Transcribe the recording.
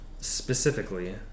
Specifically